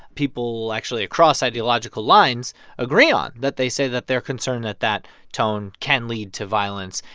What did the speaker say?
people, actually, across ideological lines agree on that they say that they're concerned that that tone can lead to violence.